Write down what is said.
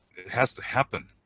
it has to happen.